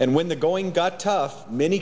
and when the going got tough many